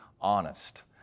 honest